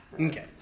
Okay